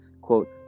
quote